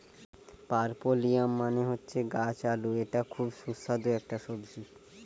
পার্পেলিয়াম মানে হচ্ছে গাছ আলু এটা খুব সুস্বাদু একটা সবজি